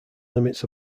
limits